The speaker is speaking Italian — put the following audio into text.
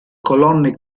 colonne